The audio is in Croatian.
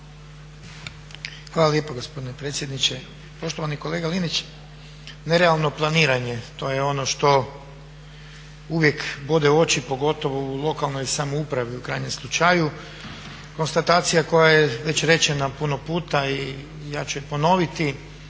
Hvala lijepa gospodine predsjedniče. Poštovani kolega Linić, nerealno planiranje to je ono što uvijek bod u oči pogotovo u lokalnoj samoupravi. U krajnjem slučaju konstatacija koja je već rečena puno puta i ja ću je ponoviti